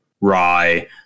rye